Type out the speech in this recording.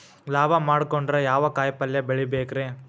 ಲಾಭ ಮಾಡಕೊಂಡ್ರ ಯಾವ ಕಾಯಿಪಲ್ಯ ಬೆಳಿಬೇಕ್ರೇ?